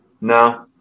No